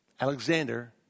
Alexander